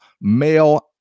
male